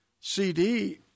CD